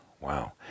wow